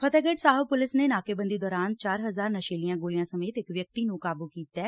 Fatehgarh Sahib police ਨੇ ਨਾਕੇਬੰਦੀ ਦੌਰਾਨ ਚਾਰ ਹਜ਼ਾਰ ਨਸ਼ੀਲੀਆਂ ਗੋਲੀਆਂ ਸਮੇਤ ਇਕ ਵਿਅਕਤੀ ਨੰ ਕਾਬੂ ਕੀਤਾ ਗਿਐ